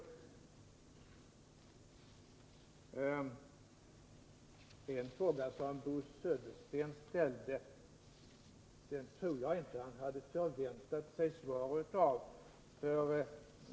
En fråga som ställdes av Bo Södersten tror jag inte att denne förväntade sig något svar på.